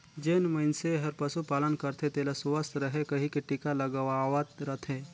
जेन मइनसे हर पसु पालन करथे तेला सुवस्थ रहें कहिके टिका लगवावत रथे